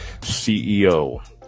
CEO